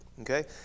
Okay